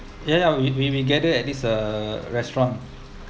ya ya we we gathered at this uh restaurant